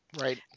right